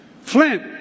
Flint